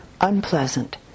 unpleasant